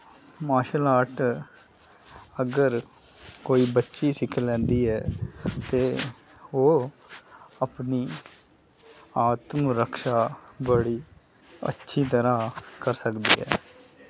martial art अगर कोई बच्ची सिक्खी लैंदी ऐ ते ओह् अपनी आत्म रक्षा बड़ी अच्छी तराह् कर सकदी ऐ